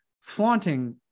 flaunting